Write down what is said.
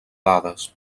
dades